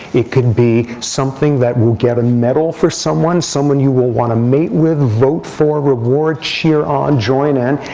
it could be something that would get a medal for someone, someone you will want to mate with, vote for, reward, cheer on, join in.